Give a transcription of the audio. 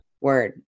word